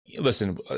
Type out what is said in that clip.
listen